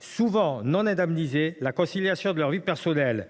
Souvent non indemnisée, la conciliation avec leur vie professionnelle et personnelle